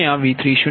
2857 p